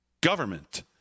government